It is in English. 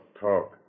talk